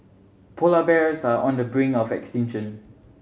polar bears are on the brink of extinction